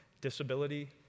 disability